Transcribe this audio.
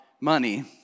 money